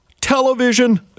television